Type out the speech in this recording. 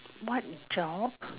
what job